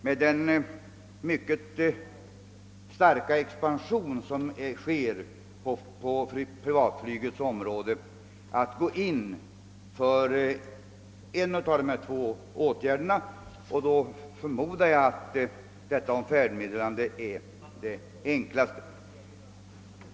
Med den mycket starka expansion som försiggår på privatflygets område tror jag det blir nödvändigt att gå in för endera av dessa åtgärder, och då förmodar jag att metoden med färdmeddelande blir den enklaste.